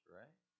right